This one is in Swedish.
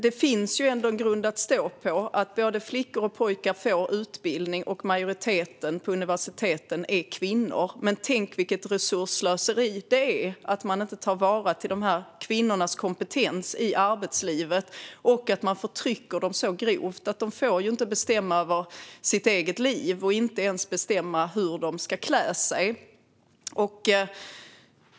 Det finns en grund att stå på, för både flickor och pojkar får utbildning, och majoriteten på universiteten är kvinnor. Men tänk vilket resursslöseri det är att man inte tar vara på de här kvinnornas kompetens i arbetslivet och att man förtrycker dem så grovt! De får inte bestämma över sitt eget liv och får inte ens bestämma hur de ska klä sig.